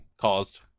caused